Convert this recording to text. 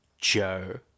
Joe